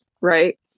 right